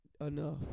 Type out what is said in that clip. enough